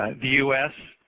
ah u s.